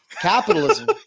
Capitalism